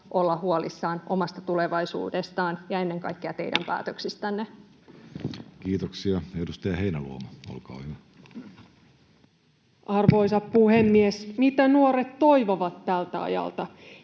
olla huolissaan omasta tulevaisuudestaan ja ennen kaikkea teidän päätöksistänne. Kiitoksia. — Edustaja Heinäluoma, olkaa hyvä. Arvoisa puhemies! Mitä nuoret toivovat tältä ajalta